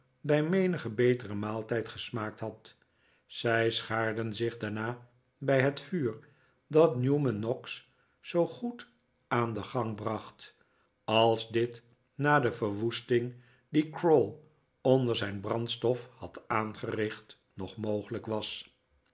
bij menigen beteren maaltijd gesmaakt had zij schaarden zich daarna bij het vuur dat newman noggs zoo goed aan den gang bracht als dit na de verwoesting die crowl onder zijn brandstof had aangericht nog mogelijk was